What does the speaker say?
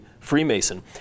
Freemason